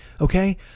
okay